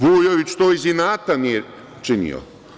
Vujović to iz inata nije činio.